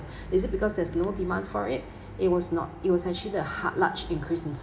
is it because there's no demand for it it was not it was actually the hard large increases in sup~